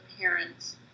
parents